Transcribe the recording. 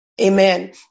amen